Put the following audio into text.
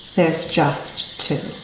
there is just two,